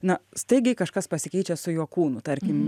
na staigiai kažkas pasikeičia su jo kūnu tarkim